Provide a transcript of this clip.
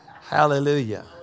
Hallelujah